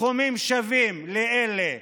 סכומים שווים לאלה